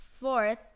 Fourth